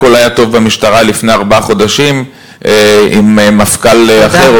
הכול היה טוב במשטרה לפני ארבעה חודשים עם מפכ"ל אחר,